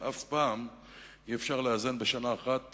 ואף פעם אי-אפשר לאזן בשנה אחת